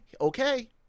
okay